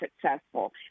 successful